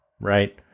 right